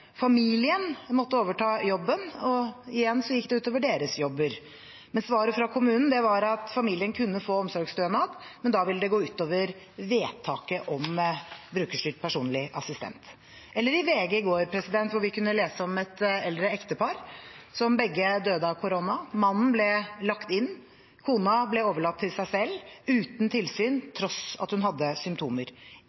Familien måtte overta jobben, og igjen gikk det ut over deres jobber. Svaret fra kommunen var at familien kunne få omsorgsstønad, men da ville det gå ut over vedtaket om brukerstyrt personlig assistent. I VG kunne vi i går lese om et eldre ektepar som begge døde av korona. Mannen ble lagt inn, kona ble overlatt til seg selv uten tilsyn